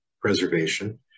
preservation